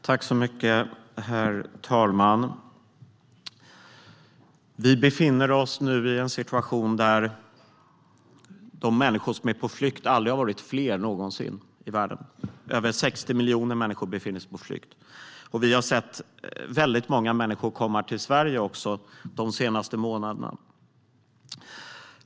Herr talman! Vi befinner oss nu i en situation där de människor som är på flykt i världen aldrig någonsin varit fler. Över 60 miljoner människor befinner sig på flykt. Vi har också sett väldigt många människor komma till Sverige de senaste månaderna.